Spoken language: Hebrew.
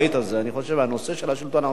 אני חושב שהנושא של השלטון המקומי,